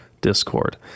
discord